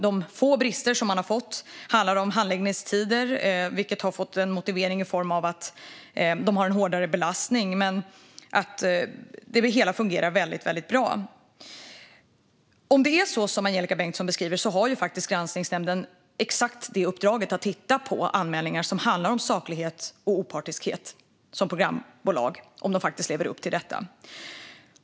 De få brister som man pekar på handlar om handläggningstider, vilket har fått en motivering i form av att de har en hårdare belastning. Det hela fungerar väldigt, väldigt bra. Om det är så som Angelika Bengtsson beskriver har faktiskt granskningsnämnden exakt detta uppdrag att titta på anmälningar som handlar om saklighet och opartiskhet och om programbolag faktiskt lever upp till detta.